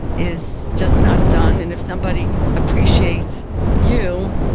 is just not done, and if somebody appreciates you,